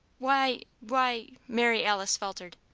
why why mary alice faltered.